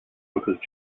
because